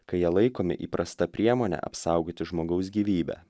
kai jie laikomi įprasta priemone apsaugoti žmogaus gyvybę